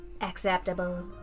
Acceptable